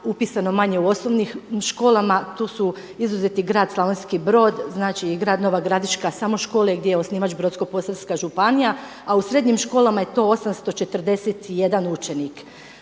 upisano manje u osnovnim školama, tu su izuzeti gradovi Slavonski Brod, znači i grad Nova Gradiška samo škole gdje je osnivač Brodsko-posavska županija. A u srednjim školama je to 841 učenik.